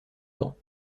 dents